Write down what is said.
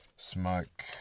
Smoke